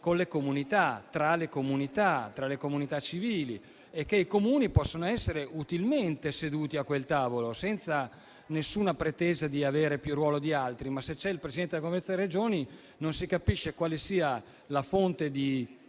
si fa con le comunità, tra le comunità civili e che i Comuni possono essere utilmente seduti a quel tavolo, senza nessuna pretesa di avere un ruolo maggiore rispetto agli altri, ma se c'è il Presidente della Conferenza delle Regioni non si capisce quale sia la fonte di